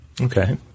Okay